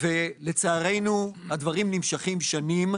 לצערנו הדברים נמשכים שנים.